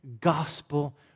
gospel